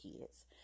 kids